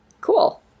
Cool